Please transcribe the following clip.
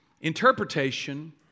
interpretation